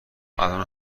الان